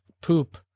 Poop